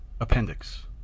Appendix